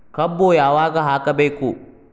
ಕಬ್ಬು ಯಾವಾಗ ಹಾಕಬೇಕು?